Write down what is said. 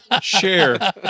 share